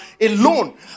alone